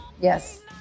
Yes